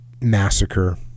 massacre